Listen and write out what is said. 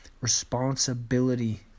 responsibility